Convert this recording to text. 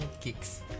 kicks